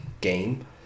game